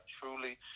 truly